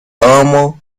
armor